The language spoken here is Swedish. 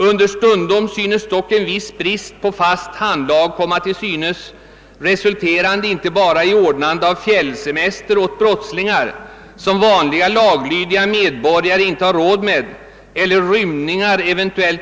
Understundom synes dock en viss brist på fast handlag komma till synes, resulterande inte bara i ordnande av fjällsemester åt brottslingar, som vanliga laglydiga medborgare inte har råd med, eller rymningar, ev.